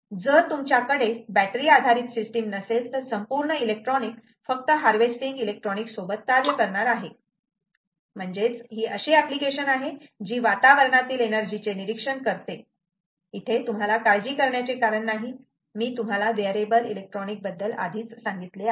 जर तुमच्याकडे बॅटरी आधारित सिस्टीम नसेल तर संपूर्ण इलेक्ट्रॉनिक फक्त हार्वेस्टिंग इलेक्ट्रॉनिक्स सोबत कार्य करणार आहे म्हणजे ही अशी एप्लिकेशन आहे जी वातावरणातील एनर्जी चे निरीक्षण करते इथे तुम्हाला काळजी करण्याचे कारण नाही मी तुम्हाला वेअरेबल इलेक्ट्रॉनिक बद्दल सांगितले आहे